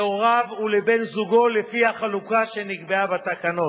להוריו ולבן-זוגו, לפי החלוקה שנקבעה בתקנות,